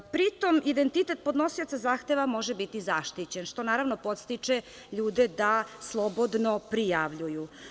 Pri tom, identitet podnosioca zahteva može biti zaštićen, što, naravno, podstiče ljude da slobodno prijavljuju.